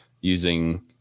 using